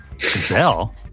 gazelle